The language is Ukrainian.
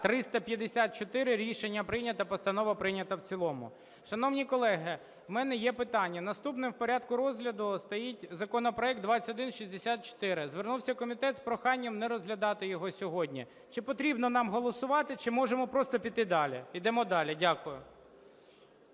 354 Рішення прийнято. Постанова прийнята в цілому. Шановні колеги, у мене є питання. Наступним в порядку розгляду стоїть законопроект 2164. Звернувся комітет з проханням не розглядати його сьогодні. Чи потрібно нам голосувати, чи можемо просто піти далі? Йдемо далі. Дякую.